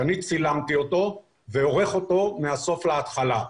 שאני צילמתי אותו, ועורך אותו מהסוף להתחלה.